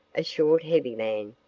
a short heavy man,